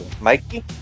Mikey